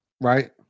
Right